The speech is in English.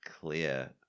clear